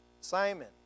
Simon